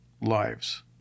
lives